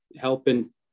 helping